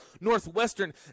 Northwestern